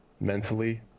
mentally